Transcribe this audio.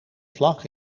vlag